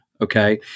okay